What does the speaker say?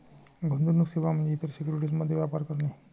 गुंतवणूक सेवा म्हणजे इतर सिक्युरिटीज मध्ये व्यापार करणे